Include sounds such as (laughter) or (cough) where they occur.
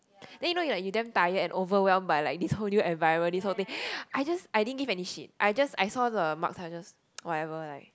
then you know you're damn tired and like overwhelmed by like this whole new environment this whole thing I just I didn't give any shit I just I saw the marks then I just (noise) whatever like